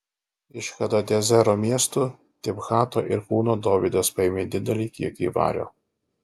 iš hadadezero miestų tibhato ir kūno dovydas paėmė didelį kiekį vario